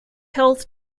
health